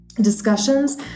Discussions